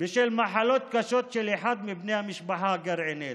בשל מחלות קשות של אחד מבני המשפחה הגרעינית.